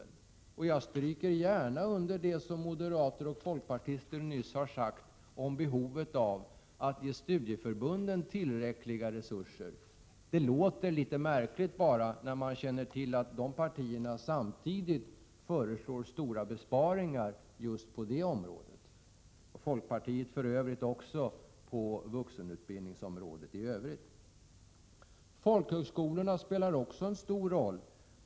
Jag stryker gärna under det som moderater och folkpartister nyss har sagt om behovet av att ge studieförbunden tillräckliga resurser. Det låter bara litet märkligt, när man känner till att de partierna samtidigt föreslår stora besparingar just på det området — det gör folkpartiet också på vuxenutbildningsområdet i övrigt. Folkhögskolorna spelar också en stor roll.